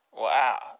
Wow